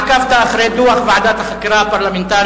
עקבת אחרי הדוח של ועדת החקירה הפרלמנטרית,